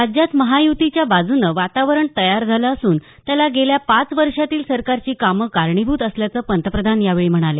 राज्यात महायुतीच्या बाजूनं वातावरण तयार झालं असून त्याला गेल्या पाच वर्षांतील सरकारची कामं कारणीभूत असल्याचं पंतप्रधान यावेळी म्हणाले